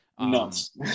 Nuts